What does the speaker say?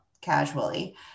casually